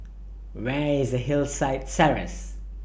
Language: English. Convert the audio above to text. Where IS Hillside Terrace